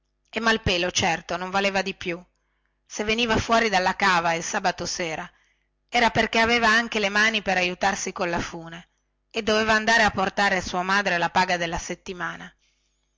e malpelo certo non valeva di più se veniva fuori dalla cava il sabato sera era perchè aveva anche le mani per aiutarsi colla fune e doveva andare a portare a sua madre la paga della settimana